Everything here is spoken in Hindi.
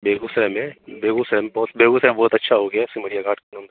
बेगूसराय में बेगूसराय में बेगूसराय में बहुत अच्छा हो गया है सिमरिया घाट एकदम